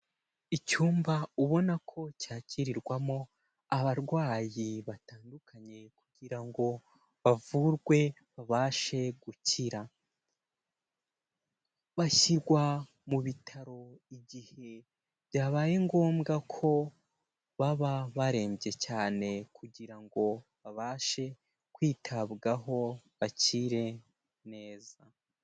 Icyumba ubona ko cyakirirwamo abarwayi batandukanye kugira ngo bavurwe babashe gukira, bashyirwa mu bitaro igihe byabaye ngombwa ko baba barembye cyane kugira ngo babashe kwitabwaho bakire neza.